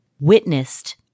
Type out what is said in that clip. witnessed